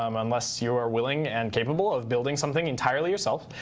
um unless you are willing and capable of building something entirely yourself.